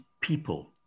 people